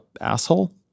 asshole